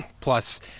plus